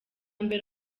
mbere